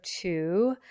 two